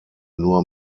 nur